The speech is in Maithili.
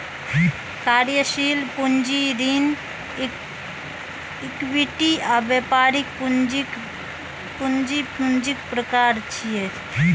कार्यशील पूंजी, ऋण, इक्विटी आ व्यापारिक पूंजी पूंजीक प्रकार छियै